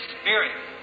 spirit